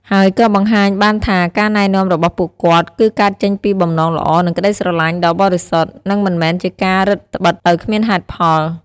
ហើយក៏បង្ហាញបានថាការណែនាំរបស់ពួកគាត់ គឺកើតចេញពីបំណងល្អ និងក្តីស្រឡាញ់ដ៏បរិសុទ្ធ និងមិនមែនជាការរឹតត្បិតដោយគ្មានហេតុផល។